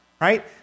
right